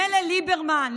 מילא ליברמן,